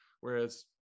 Whereas